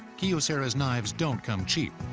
kyocera's knives don't come cheap